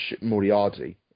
Moriarty